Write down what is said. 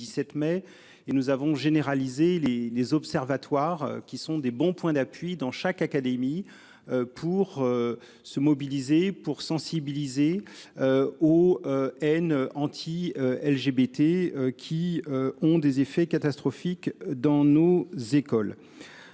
17 mai et nous avons généralisé les les observatoires qui sont des bons points d'appui dans chaque académie. Pour. Se mobiliser pour sensibiliser. Au haine anti-LGBT qui ont des effets catastrophiques dans nos écoles.